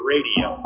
Radio